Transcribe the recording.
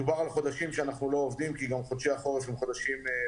מדובר על חודשים שאנחנו לא עובדים כי גם חודשי החורף הם בעייתיים.